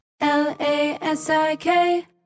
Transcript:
L-A-S-I-K